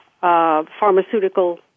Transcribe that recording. pharmaceutical